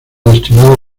destinada